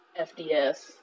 FDS